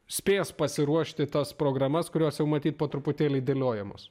spės pasiruošti tas programas kurios jau matyt po truputėlį dėliojamos